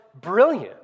Brilliant